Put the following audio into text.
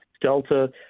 delta